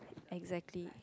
exactly